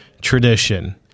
tradition